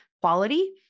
quality